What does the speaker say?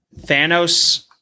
Thanos